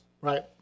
Right